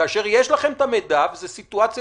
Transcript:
כאשר יש לכם את המידע וזאת סיטואציה